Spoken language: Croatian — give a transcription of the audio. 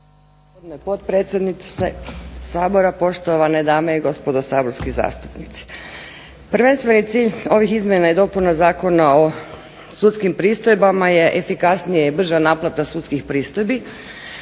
potpredsjedniče Sabora, poštovane dame i gospodo saborski zastupnici. Prvenstveni cilj ovih izmjena i dopuna Zakona o sudskim pristojbama je efikasnija i brža naplata sudskih pristojbi.